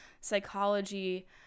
psychology